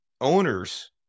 owners